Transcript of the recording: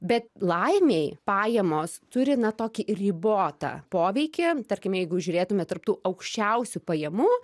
bet laimei pajamos turi na tokį ribotą poveikį tarkime jeigu žiūrėtume tarp tų aukščiausių pajamų